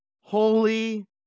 holy